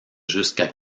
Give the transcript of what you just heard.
jusqu’à